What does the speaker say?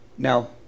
Now